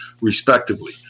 respectively